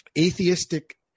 atheistic